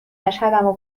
اشهدمو